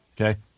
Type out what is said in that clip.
okay